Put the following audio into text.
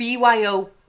BYO